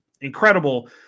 incredible